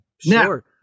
Sure